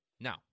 Now